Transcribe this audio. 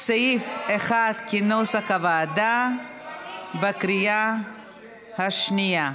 סעיף 1, כנוסח הוועדה, בקריאה השנייה.